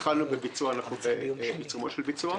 התחלנו בביצוע ואנחנו בעיצומו של הביצוע.